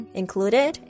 included